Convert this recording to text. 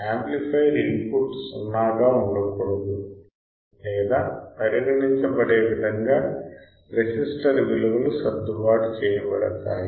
amplifier input 0 గా ఉండకూడదు లేదా పరిగణించబడే విధంగా రెసిస్టర్ విలువలు సర్దుబాటు చేయబడతాయి